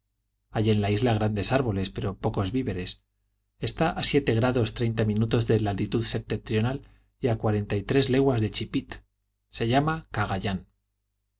hay en la isla grandes árboles pero pocos víveres está a siete grados treinta minutos de latitud septentrional y a cuarenta y tres leguas de chipit se llama